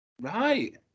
Right